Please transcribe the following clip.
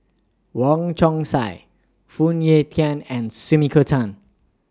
Wong Chong Sai Phoon Yew Tien and Sumiko Tan